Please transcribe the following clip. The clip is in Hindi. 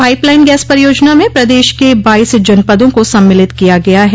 पाइप लाइन गैस परियाजना में प्रदेश के बाईस जनपदों को सम्मिलित किया गया हैं